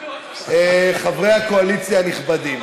חברי הקואליציה הנכבדים,